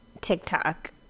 TikTok